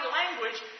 language